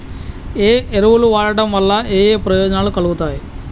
ఏ ఎరువులు వాడటం వల్ల ఏయే ప్రయోజనాలు కలుగుతయి?